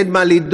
אין מה לדאוג,